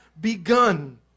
begun